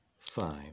five